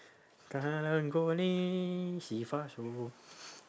karang guni